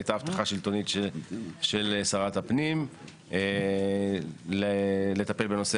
הייתה הבטחה שלטונית של שרת הפנים לטפל בנושא